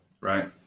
Right